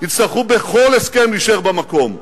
יצטרכו בכל הסכם להישאר במקום,